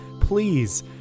please